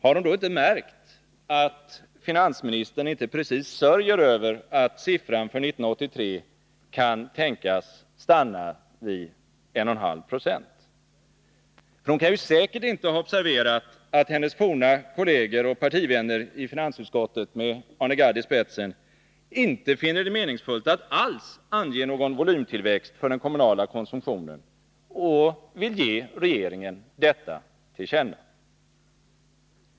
Har hon då inte märkt att finansministern inte precis sörjer över att siffran för 1983 kan tänkas stanna vid 1,5 26? För hon kan säkert inte ha observerat att hennes forna kolleger och partivänner i finansutskottet, med Arne Gadd i spetsen, inte alls finner det meningsfullt att ange någon volymtillväxt för den kommunala konsumtionen, och man vill ge regeringen detta till känna.